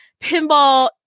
pinball